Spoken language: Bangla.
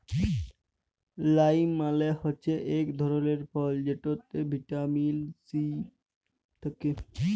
লাইম মালে হচ্যে ইক ধরলের ফল যেটতে ভিটামিল সি থ্যাকে